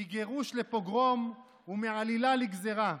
מגירוש לפוגרום ומעלילה לגזרה,